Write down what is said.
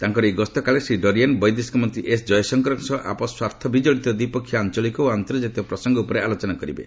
ତାଙ୍କ ଏହି ଗସ୍ତ କାଳରେ ଶ୍ରୀ ଡରିୟନ ବୈଦେଶିକ ମନ୍ତ୍ରୀ ଏସ ଜୟଶଙ୍କରଙ୍କ ସହ ଆପୋଷ ସ୍ୱାର୍ଥ ବିଜଡିତ ଦ୍ୱିପକ୍ଷୀୟ ଆଞ୍ଚଳିକ ଓ ଅର୍ନ୍ତଜାତୀୟ ପ୍ରସଙ୍ଗ ଉପରେ ଆଲୋଚନା କରିବେ